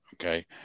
okay